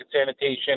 sanitation